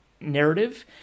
narrative